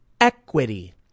equity